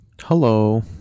Hello